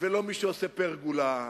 ולא מי שעושה פרגולה,